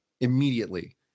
immediately